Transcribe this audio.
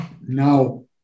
now